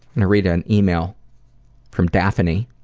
gonna read an email from daphne.